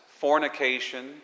fornication